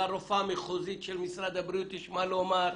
לרופאה המחוזית של משרד הבריאות יש מה לומר,